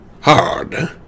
hard